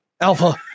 Alpha